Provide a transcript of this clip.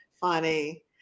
funny